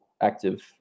active